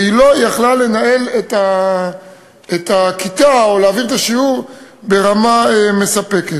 והיא לא יכלה לנהל את הכיתה או להעביר את השיעור ברמה מספקת.